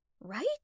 right